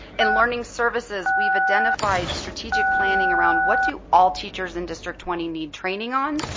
in learning services we've identified strategic planning around, what do all teachers in district twenty need training on?